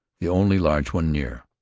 the only large one near.